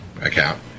account